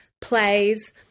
plays